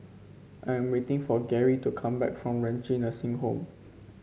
I'm waiting for Garry to come back from Renci Nursing Home